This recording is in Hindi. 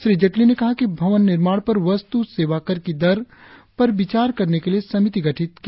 श्री जेटली ने कहा कि भवन निर्माण पर वस्तु सेवाकर की दर पर विचार करने के लिए समिति गठित की गई है